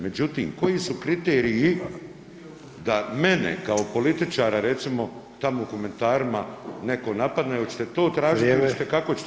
Međutim, koji su kriteriji da mene kao političara recimo tamo u komentarima neko napadne, hoćete to tražiti ili kako ćete?